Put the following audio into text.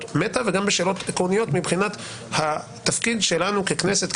מטא וגם שאלות עקרוניות מבחינת התפקיד שלנו ככנסת,